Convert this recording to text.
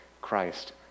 Christ